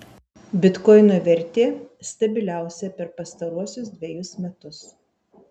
bitkoino vertė stabiliausia per pastaruosius dvejus metus